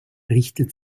richtet